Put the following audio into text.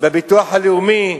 בביטוח הלאומי.